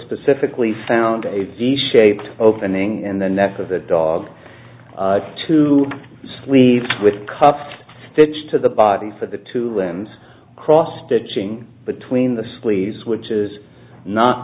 specifically found a the shape opening in the neck of the dog to sleep with cuffs stitched to the body for the two limbs cross stitching between the sleeves which is not